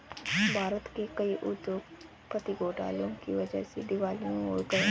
भारत के कई उद्योगपति घोटाले की वजह से दिवालिया हो गए हैं